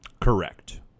Correct